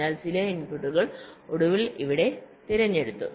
അതിനാൽ ചില ഇൻപുട്ടുകൾ ഒടുവിൽ ഇവിടെ തിരഞ്ഞെടുത്തു